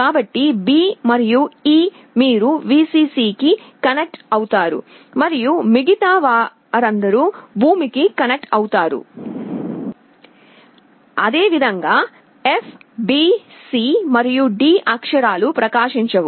కాబట్టి B మరియు E మీరు Vcc కి కనెక్ట్ చేస్తారు మరియు మిగిలిన వాటిని భూమికి కనెక్ట్ చేస్తారు అదేవిధంగా F B C మరియు D అక్షరాలు ప్రకాశించవు